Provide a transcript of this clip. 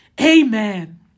amen